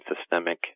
systemic